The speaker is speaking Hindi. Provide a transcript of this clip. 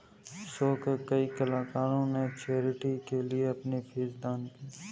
शो के कई कलाकारों ने चैरिटी के लिए अपनी फीस दान की